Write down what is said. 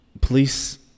police